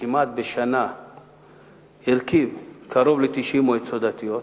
שכמעט בשנה הרכיב קרוב ל-90 מועצות דתיות,